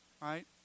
Right